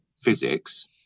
physics